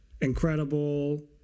incredible